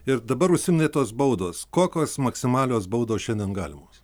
ir dabar užsiminei tos baudos kokios maksimalios baudos šiandien galimos